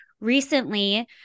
recently